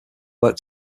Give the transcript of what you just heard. work